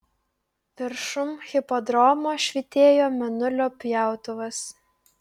viršum hipodromo švytėjo mėnulio pjautuvas